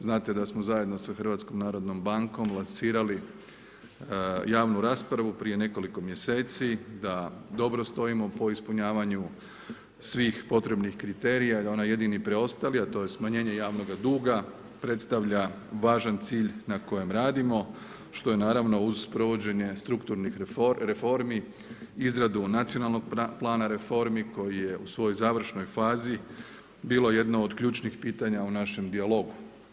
Znate da smo zajedno sa HNB lansirali javnu raspravu prije nekoliko mjeseci, da dobro stojimo po ispunjavanju svih potrebnih kriterija i da je ona jedini preostali, a to je smanjenje javnoga duga, predstavlja važan cilj na kojem radimo, što je naravno uz provođenje strukturnih reformi, izradu nacionalnog plana reformi, koji je u svojoj završnoj fazi, bilo jedno od ključnih pitanja u našem dijalogu.